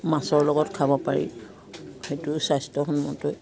মাছৰ লগত খাব পাৰি সেইটোও স্বাস্থ্যসন্মতই